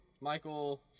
Michael